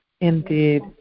indeed